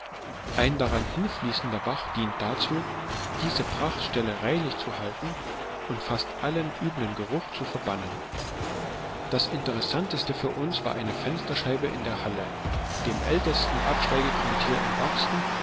ein daran hinfließender bach dient dazu diese prachtställe reinlich zu halten und fast allen üblen geruch zu verbannen das interessanteste für uns war eine fensterscheibe in der halle dem ältesten absteigequartier in